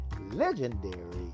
legendary